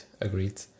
agreed